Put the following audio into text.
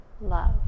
love